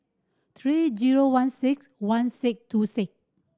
three zero one six one six two six